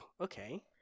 okay